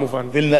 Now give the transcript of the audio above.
סיפור קצר,